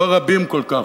לא רבים כל כך,